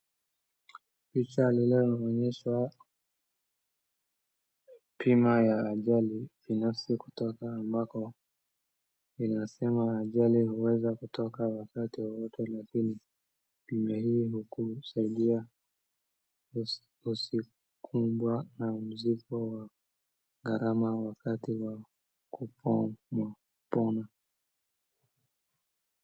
Picha inaonyesha bima ya ajali binafsi kutoka AMACO , inasema ajali inaweza kutoka wakati wowote lakini bima hii inakusaidia usikumbwe na mzigo wa gharama wakati wa kupona.